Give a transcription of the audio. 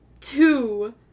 Two